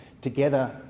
Together